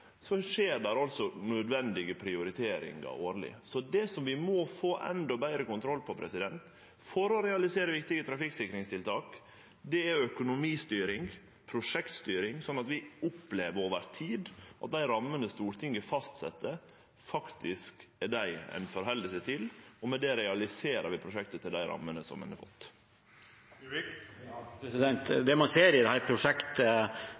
skjer nødvendige prioriteringar. Det vi må få endå betre kontroll på for å realisere viktige trafikksikringstiltak, er økonomistyring, prosjektstyring, slik at vi over tid opplever at dei rammene Stortinget fastset, faktisk er dei ein held seg til. Med det realiserer vi prosjektet innanfor dei rammene som ein har fått. Det man ser i dette prosjektet,